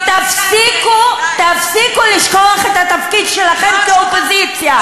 ותפסיקו לשכוח את התפקיד שלכם כאופוזיציה.